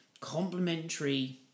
complementary